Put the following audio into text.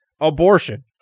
Abortion